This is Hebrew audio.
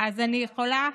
כן,